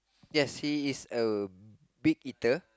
yes he is a big eater